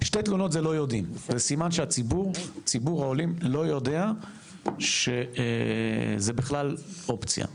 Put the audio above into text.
שתי תלונות זה סימן שציבור העולים לא יודע שזה בכלל אופציה.